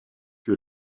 que